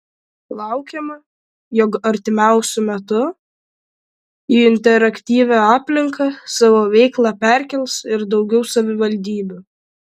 laukiama jog artimiausiu metu į interaktyvią aplinką savo veiklą perkels ir daugiau savivaldybių